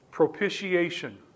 Propitiation